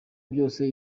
byose